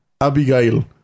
Abigail